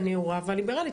הנאורה והליברלית.